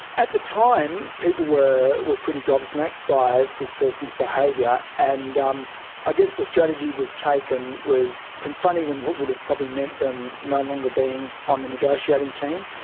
at the time, people were were pretty gob-smacked by this person's behaviour, and um i guess the strategy that was taken was, confronting them would have probably meant them no longer being on the negotiating team,